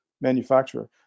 manufacturer